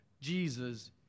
Jesus